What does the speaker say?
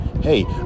Hey